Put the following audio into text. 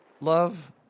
Love